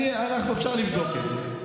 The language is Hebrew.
אפשר לבדוק את זה.